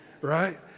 right